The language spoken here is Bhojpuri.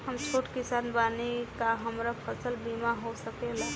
हम छोट किसान बानी का हमरा फसल बीमा हो सकेला?